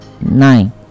nine